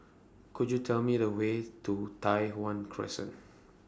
Could YOU Tell Me The Way to Tai Hwan Crescent